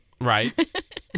Right